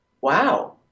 wow